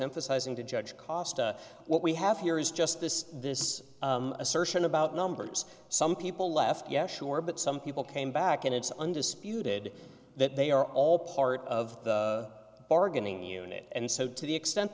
emphasizing to judge costa what we have here is just this this assertion about numbers some people left yes sure but some people came back and it's undisputed that they are all part of the bargaining unit and so to the extent